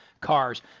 cars